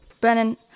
Brennan